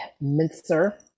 mincer